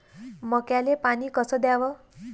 मक्याले पानी कस द्याव?